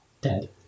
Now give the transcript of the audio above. dead